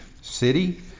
city